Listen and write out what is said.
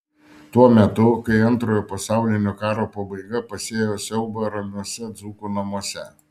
tuo metu kai antrojo pasaulinio karo pabaiga pasėjo siaubą ramiuose dzūkų namuose